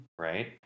Right